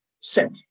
set